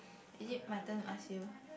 is it my turn to ask you